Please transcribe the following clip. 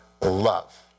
love